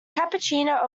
cappuccino